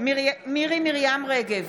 מירי מרים רגב,